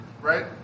right